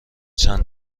چند